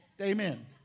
amen